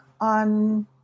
on